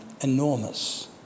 enormous